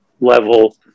level